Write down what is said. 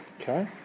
Okay